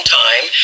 time